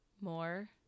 More